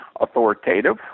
authoritative